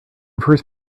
first